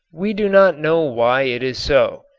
we do not know why it is so.